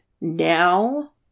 now